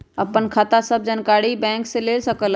आपन खाता के सब जानकारी बैंक से ले सकेलु?